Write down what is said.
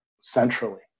centrally